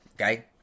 Okay